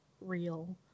real